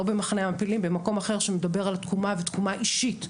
במחנה מעפילים אלא במקום אחר שמדבר על תקומה ותקומה אישית,